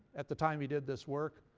at the time he did this work,